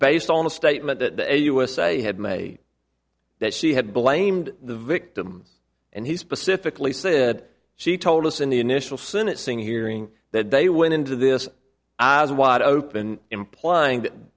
based on the statement that the usa had made that she had blamed the victims and he specifically said she told us in the initial senate seeing hearing that they went into this eyes wide open implying that